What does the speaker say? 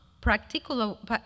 practical